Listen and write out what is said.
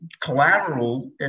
Collateral